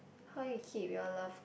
how you keep your love